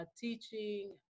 teaching